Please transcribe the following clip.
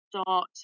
start